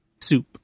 soup